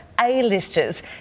a-listers